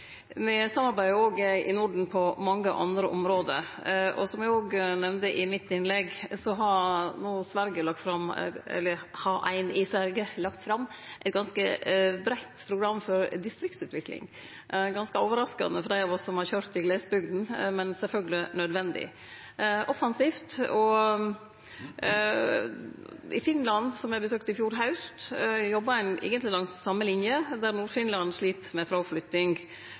nemnde i mitt innlegg, har ein i Sverige no lagd fram eit ganske breitt program for distriktsutvikling – ganske overraskande for dei av oss som har køyrt i «glesbygden», men sjølvsagt nødvendig – og offensivt. I Finland, som eg besøkte i fjor haust, jobbar ein eigentleg langs same linje, der Nord-Finland slit med fråflytting.